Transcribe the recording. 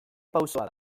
pausoa